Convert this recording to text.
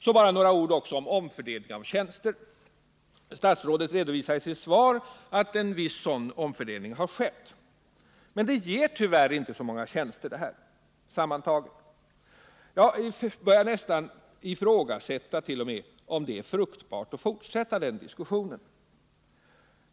Så bara några ord om omfördelning av tjänster: Statsrådet redovisar i sitt svar att en viss sådan omfördelning har skett. Men detta ger sammantaget tyvärr inte så många tjänster. Jag börjar nästan ifrågasätta om det är fruktbart att fortsätta en diskussion om detta.